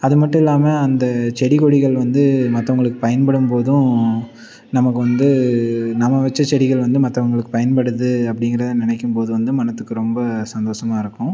அது மட்டும் இல்லாமல் அந்த செடி கொடிகள் வந்து மற்றவங்களுக்கு பயன்படும் போதும் நமக்கு வந்து நம்ம வச்ச செடிகள் வந்து மற்றவங்களுக்கு பயன்படுவது அப்படிங்கிறத நினைக்கும் போது வந்து மனதுக்கு ரொம்ப சந்தோஷமாக இருக்கும்